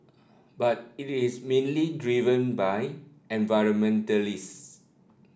but it is mainly by environmentalists